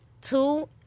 Two